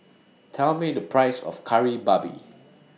Tell Me The Price of Kari Babi